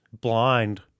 blind